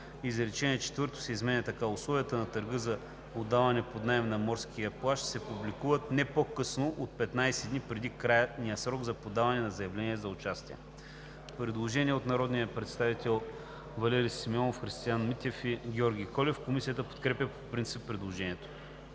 изречение четвърто се изменя така: „Условията на търга за отдаване под наем на морски плаж се публикуват не по-късно от 15 дни преди крайния срок за подаване на заявленията за участие.“ Комисията не подкрепя предложението. Предложение от народните представители Валери Симеонов, Христиан Митев и Георги Колев. Комисията подкрепя по принцип предложението.